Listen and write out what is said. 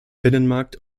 binnenmarkt